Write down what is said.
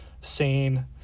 sane